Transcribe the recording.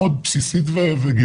ככה אני